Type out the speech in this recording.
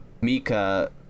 Mika